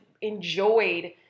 enjoyed